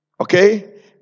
okay